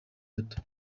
bato